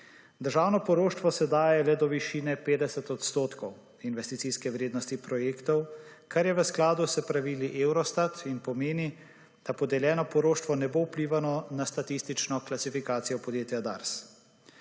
Državno poroštvo se daje le do višine 50 % investicijske vrednosti projektov, kar je v skladu s pravili Eurostat in pomeni, da podeljeno poroštvo ne bo vplivalo na statistično klasifikacijo podjetja Dars.